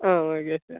ah okay sir